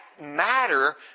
matter